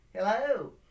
Hello